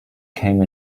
came